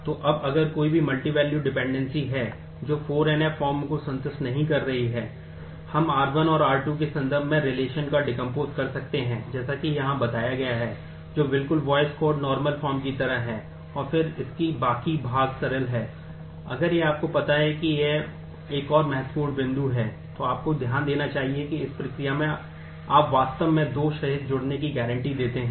तो अब अगर कोई भी मल्टीवैल्यूड डिपेंडेंसी की गारंटी देते हैं